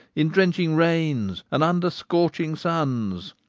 in drenching rains and under scorching suns,